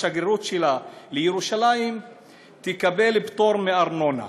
השגרירות שלה לירושלים תקבל פטור מארנונה.